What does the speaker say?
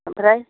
ओमफ्राय